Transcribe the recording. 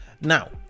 Now